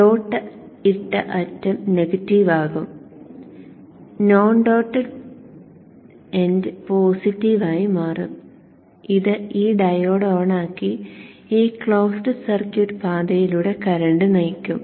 dot ഇട്ട അറ്റം negative ആകും നോൺ ഡോട്ടഡ് പോസിറ്റീവ് ആയി മാറും ഇത് ഈ ഡയോഡ് ഓണാക്കി ഈ ക്ലോസ്ഡ് സർക്യൂട്ട് പാതയിലൂടെ കറന്റ് നയിക്കും